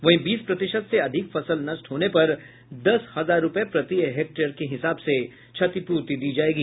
वहीं बीस प्रतिशत से अधिक फसल नष्ट होने पर दस हजार रूपये प्रति हेक्टेयर के हिसाब से क्षतिपूर्ति दी जायेगी